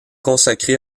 consacré